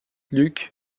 luke